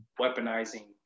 weaponizing